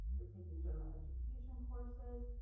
they're taking general education courses.